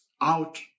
out